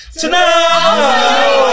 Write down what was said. tonight